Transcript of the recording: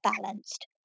balanced